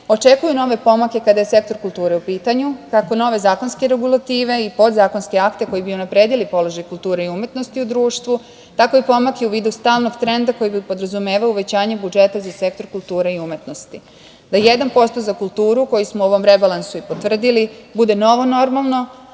očekuju nove pomake kada je sektor kulture u pitanju, kako nove zakonske regulative i podzakonske akte koji bi unapredili položaj kulture i umetnosti u društvu, tako i pomake u vidu stalnog trenda koji bi podrazumevao uvećanje budžeta za sektor kulture i umetnosti. Da 1% za kulturu, koji smo i u ovom rebalansu i potvrdili, bude novo normalno,